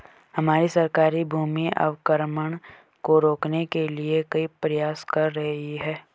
हमारी सरकार भूमि अवक्रमण को रोकने के लिए कई प्रयास कर रही है